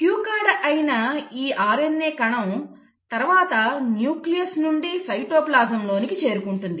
queue కార్డ్ అయిన ఈ RNA కణం తరువాత న్యూక్లియస్ నుండి సైటోప్లాజం లోనికి చేరుకుంటుంది